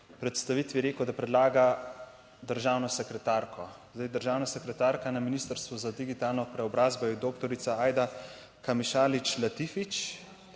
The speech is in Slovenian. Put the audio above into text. predstavitvi rekel, da predlaga državno sekretarko. Zdaj, državna sekretarka na Ministrstvu za digitalno preobrazbo je doktorica Aida Kamišalić Latifić,